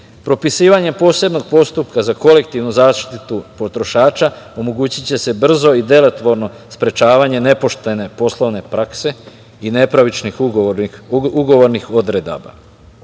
Propisivanjem posebnog postupka za kolektivnu zaštitu potrošača omogući će se brzo i delotvorno sprečavanje nepoštene poslovne prakse i nepravičnih ugovornih odredaba.